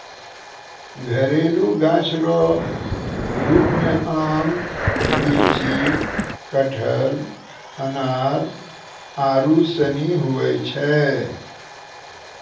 घरेलू गाछ रो रुप मे आम, लीची, कटहल, अनार आरू सनी हुवै छै